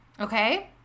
Okay